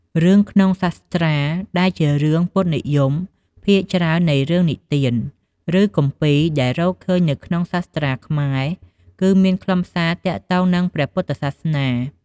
រឿងក្នុងសាស្ត្រា ដែលជារឿង ពុទ្ធនិយម ភាគច្រើននៃរឿងនិទាន ឬគម្ពីរដែលរកឃើញនៅក្នុងសាស្ត្រាខ្មែរ គឺមានខ្លឹមសារទាក់ទងនឹង ព្រះពុទ្ធសាសនា។